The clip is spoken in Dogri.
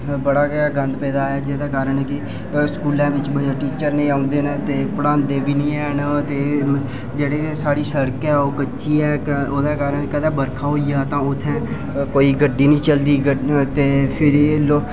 गंद पेदा ऐ कि स्कूलें च बी टीचर नी होंदे पढ़ांदे बी नेईं हैन जेह्दे कि साढ़ी शड़कां बी कच्चियां न ओह्दे कारण कदें बर्खा पेई जा तां कदें गड्डी नी चलदी